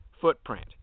footprint